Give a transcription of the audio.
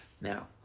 Now